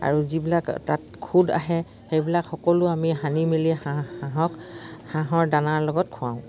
আৰু যিবিলাক তাত খ্ষুদ আহে সেইবিলাক সকলো আমি সানি মেলি হাঁহ হাঁহক হাঁহৰ দানাৰ লগত খুৱাওঁ